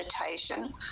meditation